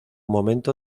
momento